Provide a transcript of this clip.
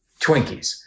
Twinkies